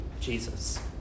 Jesus